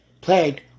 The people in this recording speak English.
plagued